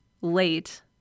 late